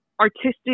artistic